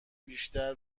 بیشتر